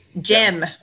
Jim